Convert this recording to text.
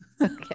Okay